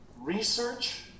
research